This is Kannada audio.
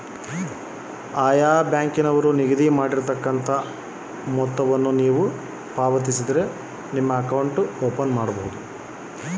ಸರ್ ಅಕೌಂಟ್ ಓಪನ್ ಮಾಡಾಕ ಎಷ್ಟು ರೊಕ್ಕ ಇಡಬೇಕ್ರಿ?